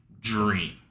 dream